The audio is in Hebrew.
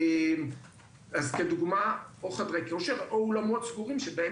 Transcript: אני מתכוון לחדרי כושר או אולמות סגורים בהם